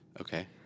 Okay